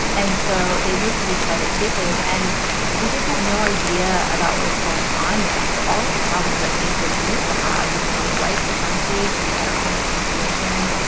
and so they've moved to these private spaces and we just have no idea about what's going on there. so all of the problems that facebook used to have between white supremacy, to medical misinformation,